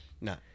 no